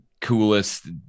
coolest